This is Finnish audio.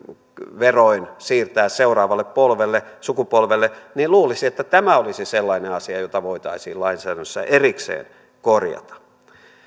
veroin siirtää seuraavalle sukupolvelle niin luulisi että tämä olisi sellainen asia jota voitaisiin lainsäädännössä erikseen korjata